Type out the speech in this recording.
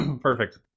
Perfect